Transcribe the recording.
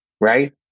right